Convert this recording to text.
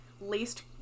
laced